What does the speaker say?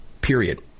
period